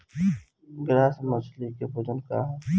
Grass मछली के भोजन का ह?